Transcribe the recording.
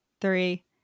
three